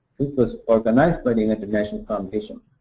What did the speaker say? was organized by the united nations foundation.